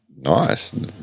nice